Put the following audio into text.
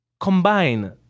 Combine